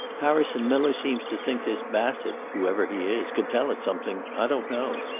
harrison miller seems to think this bassett, whoever he is, could tell us something. i don't know.